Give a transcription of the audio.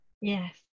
Yes